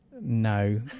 no